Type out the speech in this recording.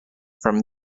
from